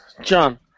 John